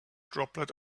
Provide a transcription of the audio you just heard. droplet